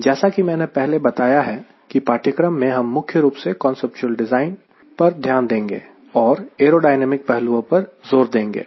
जैसा कि मैंने पहले बताया है कि पाठ्यक्रम में हम मुख्य रूप से कांसेप्चुअल कॉन्फ़िगरेशन डिज़ाइन पर ध्यान देंगे और एयरोडायनेमिक पहलुओं पर ज़ोर देंगे